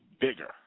bigger